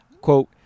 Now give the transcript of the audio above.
quote